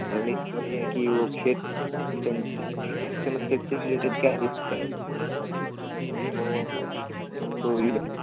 झगड़े की वजह है कि वह खेत खेत से रिलेटेड क्या वह आपको